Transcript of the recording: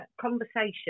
conversation